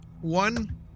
one